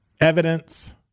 evidence